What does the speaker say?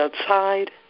outside